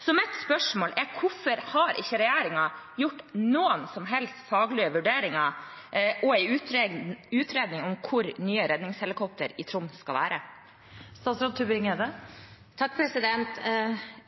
Så mitt spørsmål er: Hvorfor har ikke regjeringen gjort noen som helst faglige vurderinger og en utredning om hvor nye redningshelikopter i Troms skal